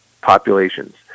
populations